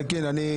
אלקין,